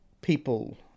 people